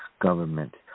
government